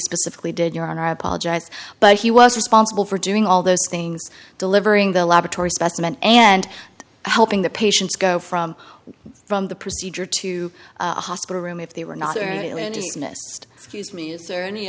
specifically did your honor apologized but he was responsible for doing all those things delivering the laboratory specimen and helping the patients go from from the procedure to a hospital room if they were not missed me is there any